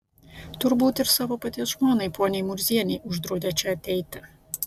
turbūt ir savo paties žmonai poniai murzienei uždraudė čia ateiti